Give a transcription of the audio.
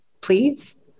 Please